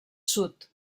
sud